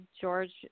George